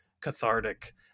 cathartic